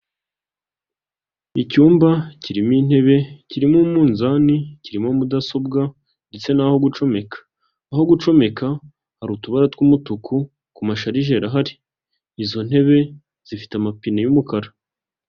Icyumba kirimo intebe, kirimo umunzani, kirimo mudasobwa, ndetse n'aho gucomeka. Aho gucomeka hari utubara tw'umutuku ku masharijeri ahari. Izo ntebe zifite amapine y'umukara.